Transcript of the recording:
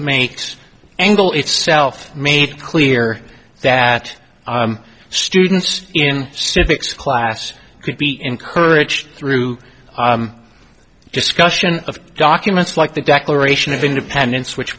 makes angle it's self made clear that students in civics class could be encouraged through discussion of documents like the declaration of independence which